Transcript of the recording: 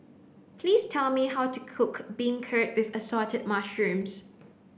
please tell me how to cook beancurd with assorted mushrooms